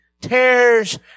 tears